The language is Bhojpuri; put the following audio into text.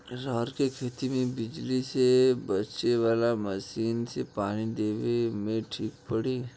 रहर के खेती मे बिजली से चले वाला मसीन से पानी देवे मे ठीक पड़ी?